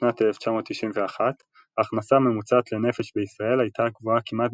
משנת 1991 ההכנסה הממוצעת לנפש בישראל הייתה גבוהה כמעט